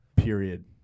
Period